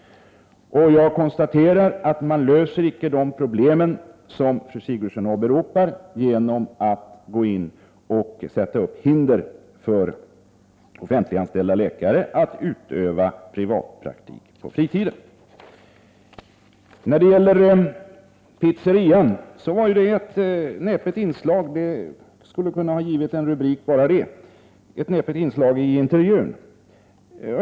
Jag konstaterar att man icke löser de problem som fru Sigurdsen åberopar genom att gå in och sätta upp hinder för offentliganställda läkare att utöva sitt yrke på fritiden. När det gäller pizzerian var detta ett näpet inslag i intervjun.